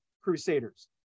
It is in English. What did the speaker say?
Crusaders